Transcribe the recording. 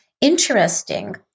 interesting